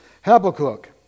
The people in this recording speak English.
Habakkuk